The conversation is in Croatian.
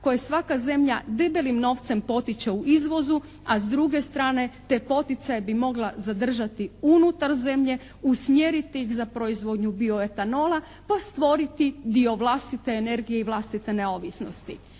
koje svaka zemlja debelim novcem potiče u izvozu, a s druge strane te poticaje bi mogla zadržati unutar zemlje, usmjeriti ih za proizvodnju bio-etanola pa stvoriti dio vlastite energije i vlastite neovisnosti.